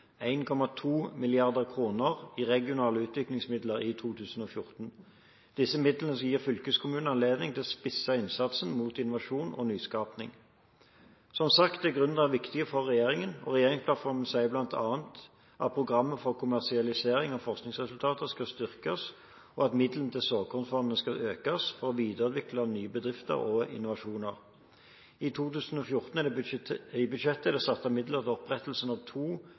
i regionale utviklingsmidler i 2014. Disse midlene skal gi fylkeskommunene anledning til å spisse innsatsen mot innovasjon og nyskaping. Som sagt er gründere viktige for regjeringen. Regjeringsplattformen sier bl.a. at programmer for kommersialisering av forskningsresultater skal styrkes, og at midlene til såkornfondene skal økes for å videreutvikle nye bedrifter og innovasjoner. I 2014-budsjettet er det satt av midler til opprettelsen av to